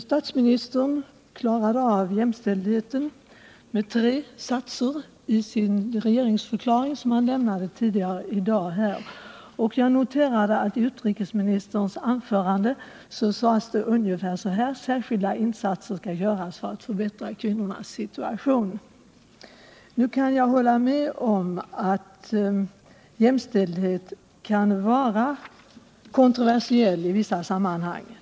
Statsministern klarade av jämställdheten med tre satser i sin regeringsförklaring, som han lämnade riksdagen tidigare i dag, och jag noterade att i utrikesministerns anförande sades det ungefär så här: Särskilda insatser skall göras för att förbättra kvinnornas situation. Jag kan hålla med om att jämställdhet kan vara kontroversiell i vissa sammanhang.